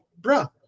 bruh